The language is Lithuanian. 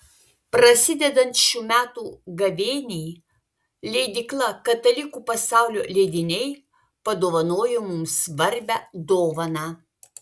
prasidedant šių metų gavėniai leidykla katalikų pasaulio leidiniai padovanojo mums svarbią dovaną